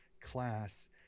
class